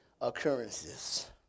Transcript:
occurrences